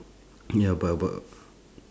ya but but